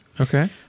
Okay